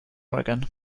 oregon